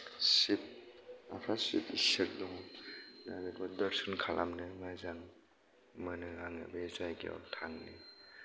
शिब एबा शिब एस्सोर दं आरो बेखौ दोर्शोन खालामनो मोजां मोनो आङो बे जायगायाव थांनो